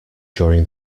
during